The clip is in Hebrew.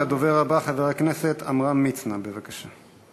הדובר הבא, חבר הכנסת עמרם מצנע, בבקשה.